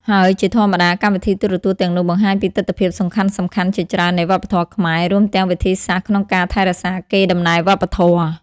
ហើយជាធម្មតា កម្មវិធីទូរទស្សន៍ទាំងនោះបង្ហាញពីទិដ្ឋភាពសំខាន់ៗជាច្រើននៃវប្បធម៌ខ្មែរ រួមទាំងវិធីសាស្រ្តក្នុងការថែរក្សាកេរដំណែលវប្បធម៌។